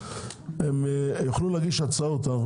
הם יוכלו להגיש הצעות.